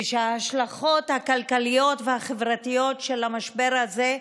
ושההשלכות הכלכליות והחברתיות של המשבר הזה,